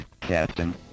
Captain